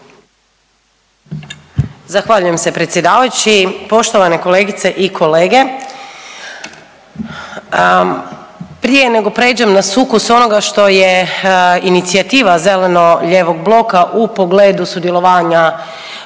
Zahvaljujem se predsjedavajući. Poštovane kolegice i kolege, prije nego pređem na sukus onoga što je inicijativa zeleno-lijevog bloka u pogledu sudjelovanja